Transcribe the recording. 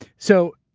so,